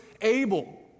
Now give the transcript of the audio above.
able